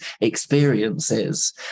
experiences